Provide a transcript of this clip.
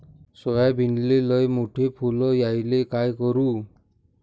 सोयाबीनले लयमोठे फुल यायले काय करू?